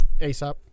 ASAP